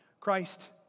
Christ